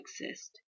exist